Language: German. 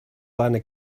seine